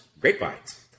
Grapevines